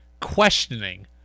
questioning